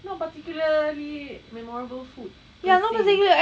no particularly memorable food per say